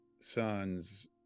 son's